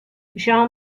jean